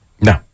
No